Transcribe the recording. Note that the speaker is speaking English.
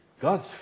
God's